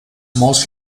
most